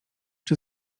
czy